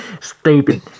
stupid